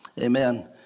Amen